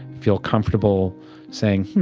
feel comfortable saying, hmm,